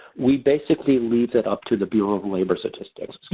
we basically leave it up to the bureau of labor statistics,